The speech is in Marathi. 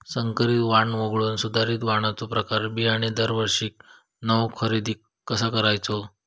संकरित वाण वगळुक सुधारित वाणाचो प्रमाण बियाणे दरवर्षीक नवो खरेदी कसा करायचो?